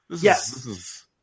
Yes